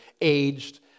aged